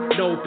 no